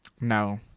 No